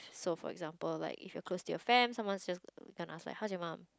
so for example like if you're close to your fam someone's just gonna ask like how is your mum